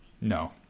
No